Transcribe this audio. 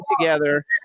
together